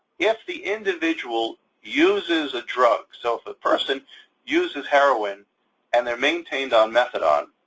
if the individual uses a drug, so if a person uses heroin and they're maintained on methadone,